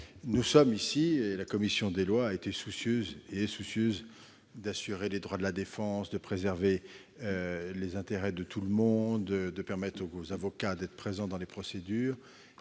la commission ? La commission des lois est soucieuse d'assurer les droits de la défense, de préserver les intérêts de tous et de permettre aux avocats d'être présents dans les procédures.